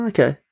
Okay